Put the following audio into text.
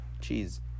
cheese